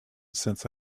since